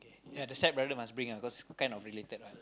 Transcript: ya the stepbrother must bring ah cause kind of related what